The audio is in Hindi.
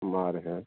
बार है